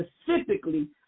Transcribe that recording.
specifically